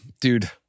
dude